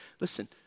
Listen